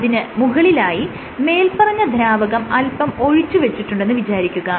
അതിന് മുകളിലായി മേല്പറഞ്ഞ ദ്രാവകം അല്പം ഒഴിച്ച് വെച്ചിട്ടുണ്ടെന്ന് വിചാരിക്കുക